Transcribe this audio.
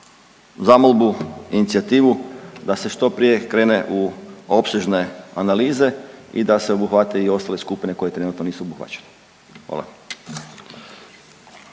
zamolbu, inicijativu da se što prije krene u opsežne analize i da se obuhvate i ostale skupine koje trenutno nisu obuhvaćene. Hvala.